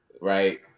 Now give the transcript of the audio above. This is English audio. right